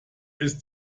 ist